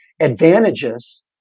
advantages